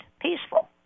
peaceful